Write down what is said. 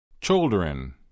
children